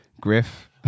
griff